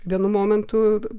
vienu momentu